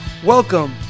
Welcome